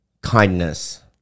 kindness